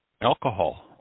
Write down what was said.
alcohol